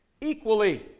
equally